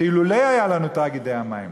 שאילולא היו לנו תאגידי המים,